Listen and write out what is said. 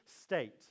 state